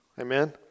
Amen